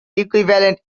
equivalent